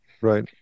Right